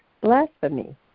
blasphemy